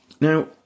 Now